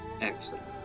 Excellent